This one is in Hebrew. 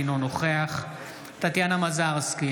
אינו נוכח טטיאנה מזרסקי,